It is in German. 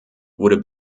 wurde